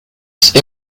ist